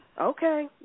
Okay